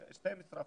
12%,